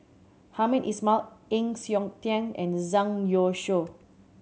Hamed Ismail Heng Siok Tian and Zhang Youshuo